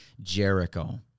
Jericho